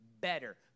better